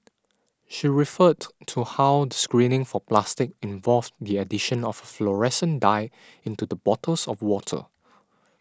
she referred to how the screening for plastic involved the addition of a fluorescent dye into the bottles of water